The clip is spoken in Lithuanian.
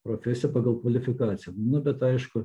profesiją pagal kvalifikaciją nu bet aišku